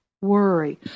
worry